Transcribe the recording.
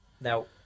Now